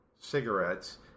cigarettes